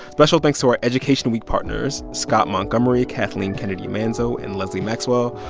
special thanks to our education week partners scott montgomery, kathleen kennedy manzo and lesli maxwell.